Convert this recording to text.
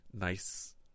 nice